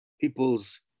people's